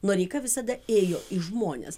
noreika visada ėjo į žmones